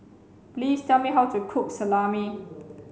please tell me how to cook Salami